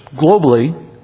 globally